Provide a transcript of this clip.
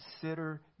consider